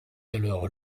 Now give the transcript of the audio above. alors